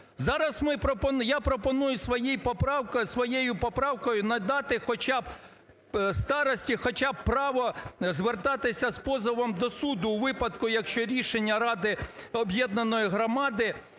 я пропоную своєю поправкою надати старості хоча б право звертатися з позовом до суду у випадку, якщо рішення ради об'єднаної громади,